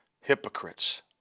hypocrites